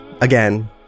Again